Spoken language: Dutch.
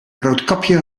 roodkapje